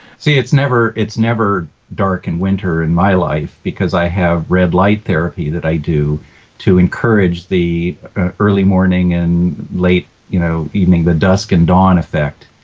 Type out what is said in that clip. see, it's never it's never dark in winter in my life because i have red light therapy that i do to encourage the early morning and late you know evening, the dusk and dawn effect,